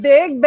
Big